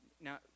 now